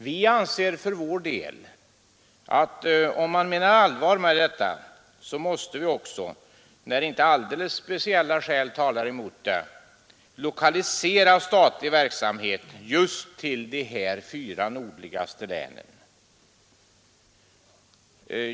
Vi anser för vår del att om man menar allvar med detta uttalande måste vi också, när inte alldeles speciella skäl talar mot det, lokalisera statlig verksamhet just till de fyra nordligaste länen.